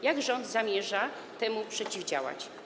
Jak rząd zamierza temu przeciwdziałać?